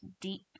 deep